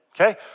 okay